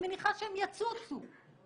אישום על רצח בגלל שלא רצו לחשוף נוהל מדובב.